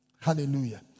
Hallelujah